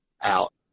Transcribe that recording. out